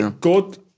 Good